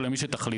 או למי שתחליטו,